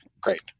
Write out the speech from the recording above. Great